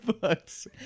books